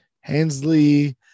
Hensley